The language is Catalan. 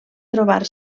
trobar